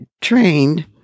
trained